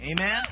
Amen